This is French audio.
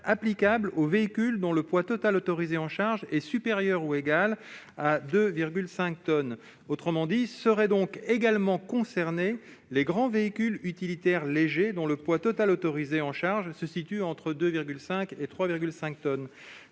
applicable aux véhicules dont le poids total autorisé en charge est supérieur ou égal à 2,5 tonnes. Seraient donc également concernés les grands véhicules utilitaires légers, les VUL, dont le poids total autorisé en charge se situe entre 2,5 et 3,5 tonnes.